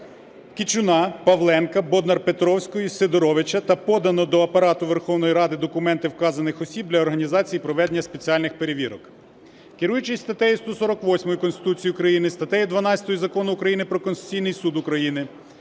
Кичуна, Павленка, Боднар-Петровської, Сидоровича, та подано до Апарату Верховної Ради документи вказаних осіб для організації проведення спеціальних перевірок. Керуючись статтею 148 Конституції України, статтею 12 Закону України "Про Конституційний Суд України",